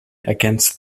against